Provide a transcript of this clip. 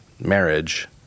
marriage